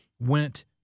went